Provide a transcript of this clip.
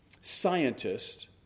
scientist